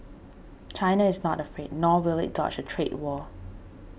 china is not afraid nor will it dodge a trade war